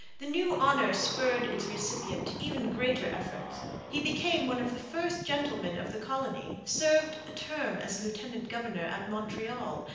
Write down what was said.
the new honour spurred its recipient to even greater efforts he became one of the first gentlemen of the colony, served a term as lieutenant-governor at montreal,